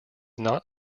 not